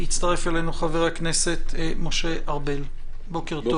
הצטרף אלינו חבר הכנסת משה ארבל, בוקר טוב.